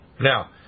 Now